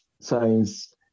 science